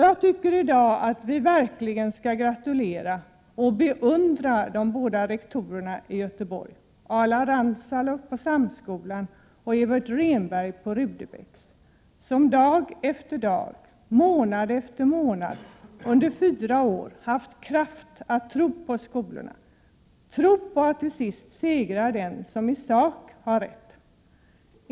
Jag tycker verkligen att vi i dag skall gratulera och beundra de båda rektorerna i Göteborg, Alar Randsalu på Samskolan och Evert Rehnberg på Rudebecksskolan, som dag efter dag, månad efter månad, under fyra års tid haft kraft att tro på dessa skolor, att tro att den till sist segrar som i sak har rätt.